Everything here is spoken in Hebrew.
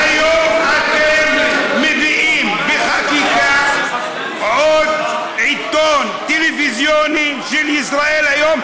היום אתם מביאים בחקיקה עוד עיתון טלוויזיוני של ישראל היום,